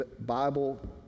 Bible